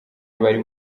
bari